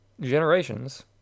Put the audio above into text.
Generations